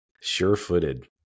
Sure-footed